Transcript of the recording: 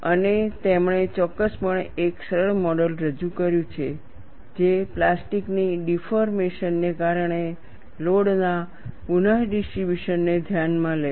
અને તેમણે ચોક્કસપણે એક સરળ મોડલ રજૂ કર્યું છે જે પ્લાસ્ટિકની ડિફોર્મેશનને કારણે લોડ ના પુનડિસ્ટ્રિબ્યુશનને ધ્યાનમાં લે છે